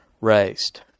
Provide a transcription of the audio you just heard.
Raised